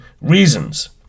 reasons